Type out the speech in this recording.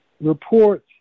reports